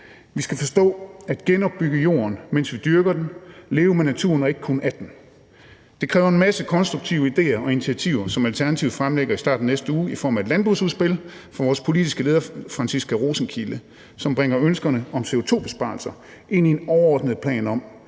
Vi skal forstå at genopbygge jorden, mens vi dyrker den – leve med naturen og ikke kun af den. Det kræver en masse konstruktive idéer og initiativer, som Alternativet fremlægger i starten af næste uge i form af et landbrugsudspil fra vores politiske leder, Franciska Rosenkilde, som bringer ønskerne om CO2-besparelser ind i en overordnet plan om,